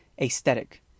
aesthetic